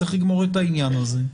צריך לגמור את העניין הזה.